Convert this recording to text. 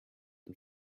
the